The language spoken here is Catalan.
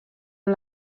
amb